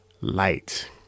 light